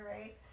right